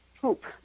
poop